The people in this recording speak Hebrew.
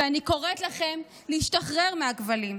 ואני קוראת לכם להשתחרר מהכבלים.